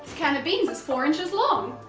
can of beans is four inches long.